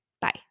Bye